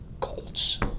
Colts